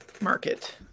market